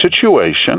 situation